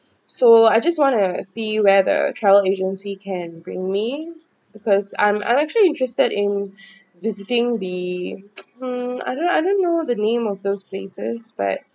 so I just want to see where the travel agency can bring me because I'm I'm actually interested in visiting the mm I don't I don't know the name of those places but